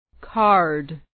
card